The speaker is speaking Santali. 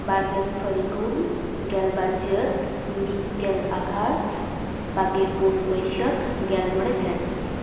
ᱵᱟᱨ ᱜᱮᱞ ᱯᱷᱟᱞᱜᱩᱱ ᱜᱮᱞ ᱵᱟᱨ ᱪᱟᱹᱛ ᱢᱤᱫ ᱜᱮᱞ ᱟᱜᱷᱟᱲ ᱵᱟᱜᱮ ᱯᱩᱱ ᱵᱟᱹᱭᱥᱟᱹᱠ ᱜᱮᱞ ᱢᱚᱬᱮ ᱡᱷᱮᱸᱴ